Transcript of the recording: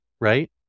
right